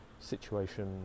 situation